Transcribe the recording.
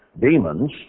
demons